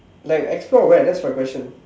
like explore where that's my question